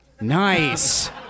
Nice